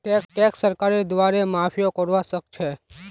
tax सरकारेर द्वारे माफियो करवा सख छ